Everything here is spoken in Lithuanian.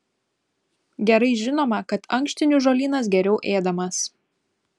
gerai žinoma kad ankštinių žolynas geriau ėdamas